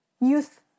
youth